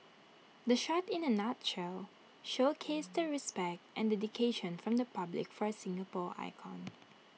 the shot in A nutshell showcased the respect and the dedication from the public for A Singapore icon